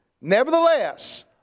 Nevertheless